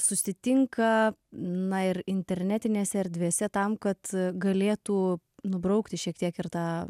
susitinka na ir internetinėse erdvėse tam kad galėtų nubraukti šiek tiek ir tą